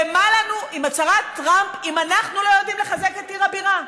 ומה לנו הצהרת טראמפ אם אנחנו לא יודעים לחזק את עיר הבירה?